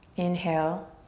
inhale.